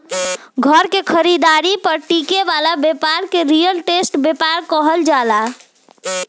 घर के खरीदारी पर टिके वाला ब्यपार के रियल स्टेट ब्यपार कहल जाला